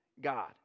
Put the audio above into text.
God